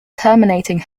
terminating